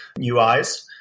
uis